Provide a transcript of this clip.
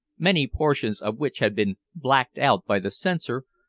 many portions of which had been blacked out by the censor,